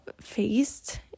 faced